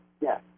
yes